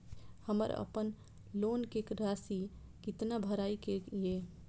हमर अपन लोन के राशि कितना भराई के ये?